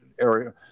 area